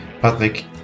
Patrick